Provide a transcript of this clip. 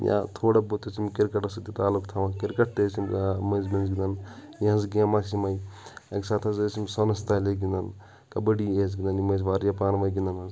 یا تھوڑا بہت ٲسۍ یِم کِرکَٹَس سۭتۍ تعلُق تھاوان کِرکَٹ تہِ ٲسۍ یِم مٔنٛزۍ مٔنٛزۍ گِنٛدان یِہٕنٛز گیمہٕ آسہِ یِمَے اَکہِ ساتہٕ حظ ٲسۍ یِم سۄنَس تالہِ گِنٛدان کَبڈی ٲسۍ گِنٛدان یِم ٲسۍ واریاہ پانہٕ ؤنۍ گِنٛدان حظ